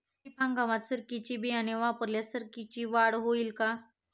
खरीप हंगामात सरकीचे बियाणे वापरल्यास सरकीची वाढ होईल का?